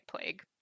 plague